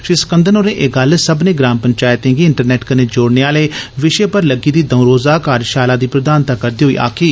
श्री सकंदन होरें एह् गल्ल सक्मने ग्राम पंचैतें गी इंटरनेंट कन्नै जोड़ने आहले विशें पर लग्गी दी दौं'ऊं रोज़ा कार्यशाला दी प्रघानता करदे होई आक्खी